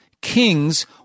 Kings